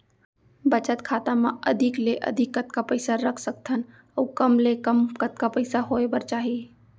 बचत खाता मा अधिक ले अधिक कतका पइसा रख सकथन अऊ कम ले कम कतका पइसा होय बर चाही?